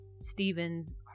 Stephen's